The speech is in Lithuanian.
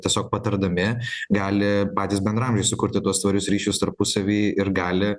tiesiog patardami gali patys bendraamžiai sukurti tuos tvarius ryšius tarpusavy ir gali